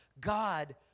God